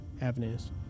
avenues